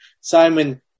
Simon